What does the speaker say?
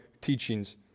teachings